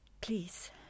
Please